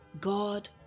God